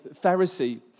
Pharisee